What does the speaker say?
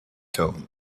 cone